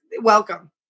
Welcome